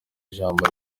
ijambo